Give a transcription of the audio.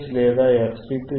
fH లేదా fC2 1 2πR2C3